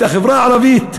את החברה הערבית,